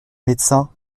médecins